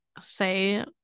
say